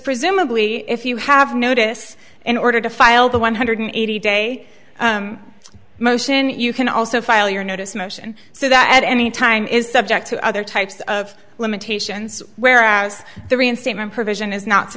presumably if you have notice in order to file the one hundred eighty day motion you can also file your notice motion so that at any time is subject to other types of limitations whereas the reinstatement provision is not